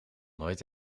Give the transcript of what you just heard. nooit